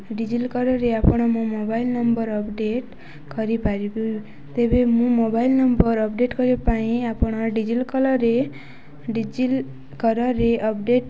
ରେ ଆପଣ ମୋ ମୋବାଇଲ୍ ନମ୍ବର ଅପଡ଼େଟ୍ କରିପାରିବେ ତେବେ ମୋ ମୋବାଇଲ୍ ନମ୍ବର ଅପଡ଼େଟ୍ କରିବା ପାଇଁ ଆପଣ ରେ ରେ ଅପଡ଼େଟ୍